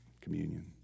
Communion